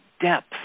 depth